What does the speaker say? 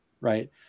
right